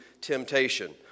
temptation